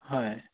হয়